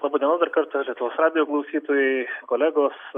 laba diena dar kartą lietuvos radijo klausytojai kolegos